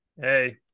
Hey